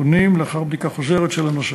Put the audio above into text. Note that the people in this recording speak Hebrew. הפונים לאחר בדיקה חוזרת של הנושא.